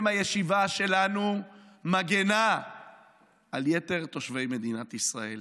הישיבה שלנו מגינה על יתר תושבי מדינת ישראל.